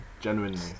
Genuinely